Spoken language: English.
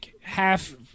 half